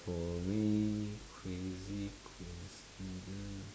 for me crazy coincidence